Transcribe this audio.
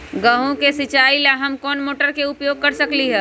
गेंहू के सिचाई ला हम कोंन मोटर के उपयोग कर सकली ह?